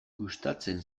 gustatzen